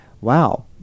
wow